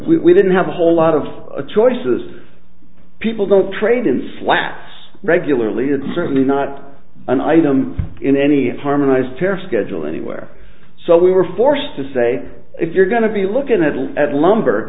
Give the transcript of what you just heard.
we didn't have a whole lot of choices people don't trade in slats regularly and certainly not an item in any harmonized tariff schedule anywhere so we were forced to say if you're going to be looking at oil at lumber